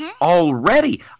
already